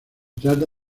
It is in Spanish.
trata